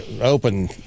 open